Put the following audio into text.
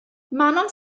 manon